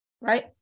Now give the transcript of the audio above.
Right